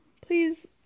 please